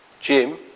Jim